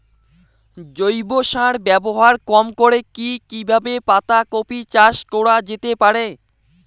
জৈব সার ব্যবহার কম করে কি কিভাবে পাতা কপি চাষ করা যেতে পারে?